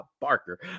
Barker